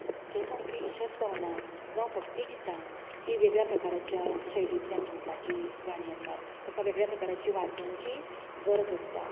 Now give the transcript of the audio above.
थंय म्हणपी इशस्तवनां जावं भक्ती गितां ही वेगळ्या प्रकाराच्या शैलीतल्यान म्हणपाची गाणी आसात तेका वेगळ्या प्रकारांच्या वाद्यांची गरज आसता